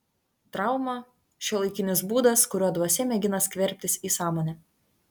trauma šiuolaikinis būdas kuriuo dvasia mėgina skverbtis į sąmonę